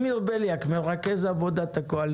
בבקשה.